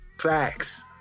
Facts